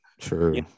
true